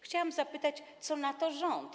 Chciałam zapytać, co na to rząd.